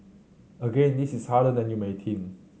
again this is harder than you may think